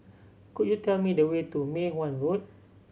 could you tell me the way to Mei Hwan Road